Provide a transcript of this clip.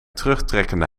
terugtrekkende